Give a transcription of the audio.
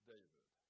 David